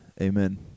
amen